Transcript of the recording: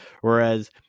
whereas